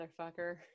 motherfucker